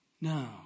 now